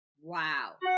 Wow